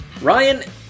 Ryan